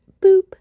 Boop